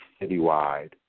citywide